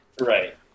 Right